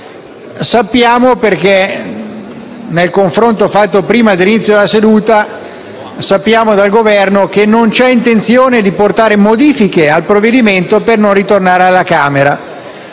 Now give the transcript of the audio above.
l'articolo 5. Nel confronto svoltosi prima dell'inizio della seduta abbiamo saputo dal Governo che non c'è intenzione di apportare modifiche al provvedimento per non ritornare alla Camera.